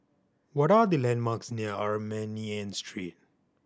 what are the landmarks near Armenian Street